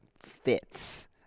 fits